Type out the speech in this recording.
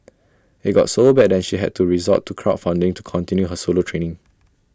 IT got so bad that she had to resort to crowd funding to continue her solo training